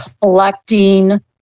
collecting